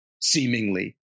seemingly